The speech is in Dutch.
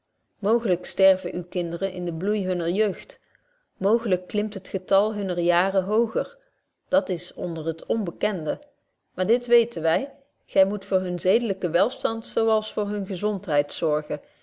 mooglyk sterven uwe kinderen in den bloei hunner jeugd mooglyk klimt het getal hunner jaaren hooger dat is onder het onbekende maar dit weten wy gy moet voor hunnen zedelyken welstand zo wel als voor hunne gezondheid zorgen